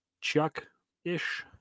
Chuck-ish